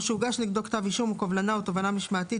או שהוגש נגדו כתב אישום או קובלנה או תובענה משמעתית